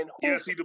Yes